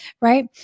Right